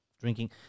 drinking